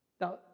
Now